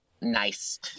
Nice